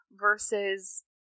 versus